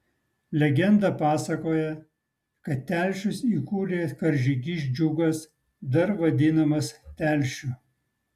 legenda pasakoja kad telšius įkūrė karžygys džiugas dar vadinamas telšiu